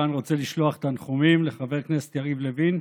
מכאן אני רוצה לשלוח תנחומים לחבר הכנסת יריב לוין.